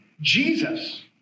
Jesus